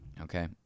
okay